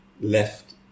left